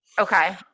Okay